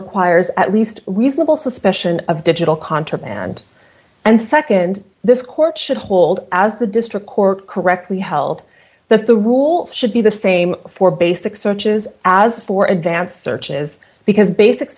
requires at least reasonable suspicion of digital contraband and nd this court should hold as the district court correctly held that the rule should be the same for basic searches as for advanced search is because basic